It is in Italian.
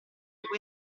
tutto